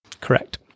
Correct